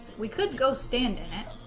we could go stand in it